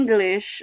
English